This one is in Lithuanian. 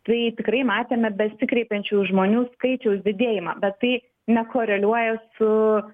tai tikrai matėme besikreipiančių žmonių skaičiaus didėjimą bet tai nekoreliuoja su